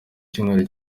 cyumweru